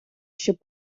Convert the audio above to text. щоб